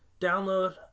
download